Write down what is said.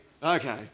Okay